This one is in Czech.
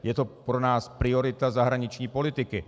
Je to pro nás priorita zahraniční politiky.